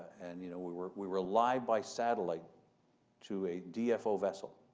and, you know, we were we were live by satellite to a dfo vessel.